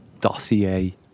dossier